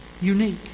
unique